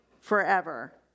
forever